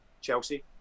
Chelsea